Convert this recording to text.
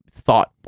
thought